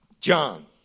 John